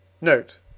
Note